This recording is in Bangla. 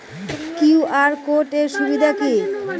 কিউ.আর কোড এর সুবিধা কি?